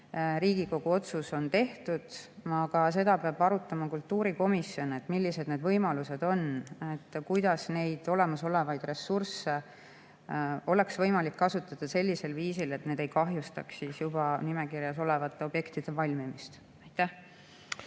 Riigikogu otsus on tehtud. Aga seda peab arutama kultuurikomisjon, millised võimalused on ja kuidas neid olemasolevaid ressursse oleks võimalik kasutada sellisel viisil, et need ei kahjustaks juba nimekirjas olevate objektide valmimist. Mis